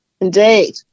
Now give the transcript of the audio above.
Indeed